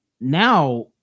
now